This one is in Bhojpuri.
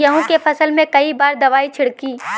गेहूँ के फसल मे कई बार दवाई छिड़की?